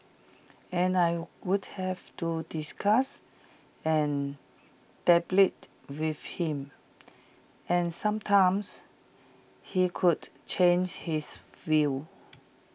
and I would have to discuss and with him and sometimes he could change his view